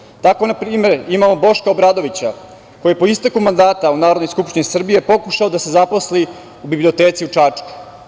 Na primer, tako imamo Boška Obradovića koji je, po isteku mandata u Narodnoj skupštini Srbije, pokušao da se zaposli u biblioteci u Čačku.